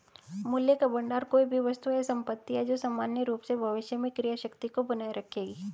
मूल्य का भंडार कोई भी वस्तु या संपत्ति है जो सामान्य रूप से भविष्य में क्रय शक्ति को बनाए रखेगी